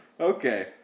Okay